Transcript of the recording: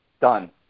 done